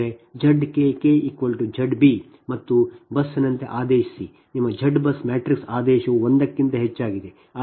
ಅಂದರೆ Z kk Z b ಮತ್ತು ಬಸ್ನಂತೆ ಆದೇಶಿಸಿ ನಿಮ್ಮ Z BUS ಮ್ಯಾಟ್ರಿಕ್ಸ್ ಆದೇಶವು ಒಂದರಿಂದ ಹೆಚ್ಚಾಗಿದೆ